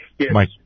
Yes